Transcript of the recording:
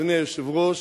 אדוני היושב-ראש,